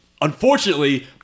unfortunately